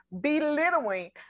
belittling